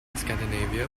scandinavia